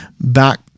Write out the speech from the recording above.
back